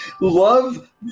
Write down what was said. love